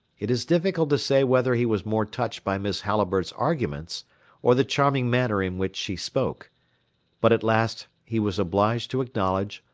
it is difficult to say whether he was more touched by miss halliburtt's arguments or the charming manner in which she spoke but at last he was obliged to acknowledge,